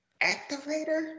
activator